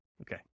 Okay